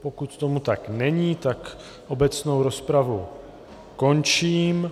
Pokud tomu tak není, obecnou rozpravu končím.